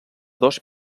dos